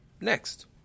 Next